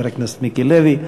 חבר הכנסת מיקי לוי.